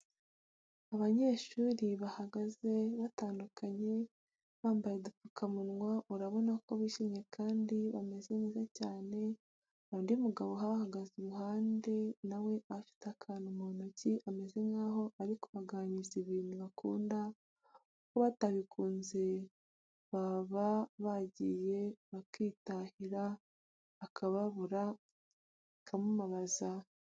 Abanyeshuri bahagaze batandukanye, bambaye udupfukamunwa urabona ko bishimye kandi bameze neza cyane, hari undi mugabo ubahagaze iruhande nawe afite akantu mu ntoki ameze nkaho ari kubaganiriza ibintu bakunda kuko batabikunze baba bagiye bakitahira akababura bikamubabaza.